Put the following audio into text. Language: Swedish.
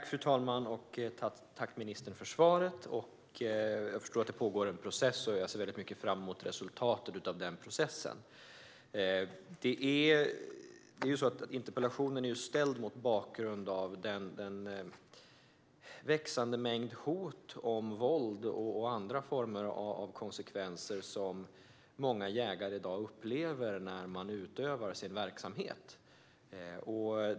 Fru talman! Tack, ministern, för svaret! Jag förstår att det pågår en process, och jag ser mycket fram emot resultatet av den processen. Interpellationen är ställd mot bakgrund av den växande mängd hot om våld och andra konsekvenser som många jägare i dag upplever när de utövar sin verksamhet.